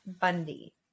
Bundy